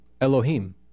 Elohim